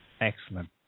Excellent